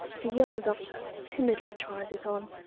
the young doctor timidly tries it on,